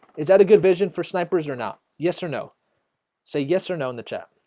is that a good vision for snipers or not? yes or no say yes or no in the chat